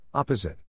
Opposite